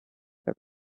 their